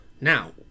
Now